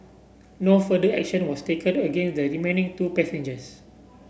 no further action was taken against the remaining two passengers